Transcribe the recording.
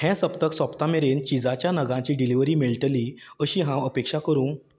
हें सप्तक सोंपता मेरेन चीजाच्या नगांची डिलिव्हरी मेळटली अशी हांव अपेक्षा करूं